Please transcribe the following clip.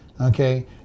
Okay